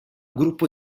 gruppo